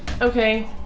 Okay